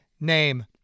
name